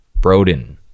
Broden